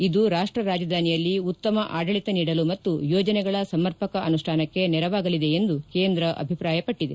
ಇದು ರಾಷ್ಟ ರಾಜಧಾನಿಯಲ್ಲಿ ಉತ್ತಮ ಆಡಳತ ನೀಡಲು ಮತ್ತು ಯೋಜನೆಗಳ ಸಮರ್ಪಕ ಅನುಷ್ಠಾನಕ್ಕೆ ನೆರವಾಗಲಿದೆ ಎಂದು ಕೇಂದ್ರ ಅಭಿಪ್ರಾಯಪಟ್ಟದೆ